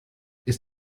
ist